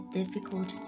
difficult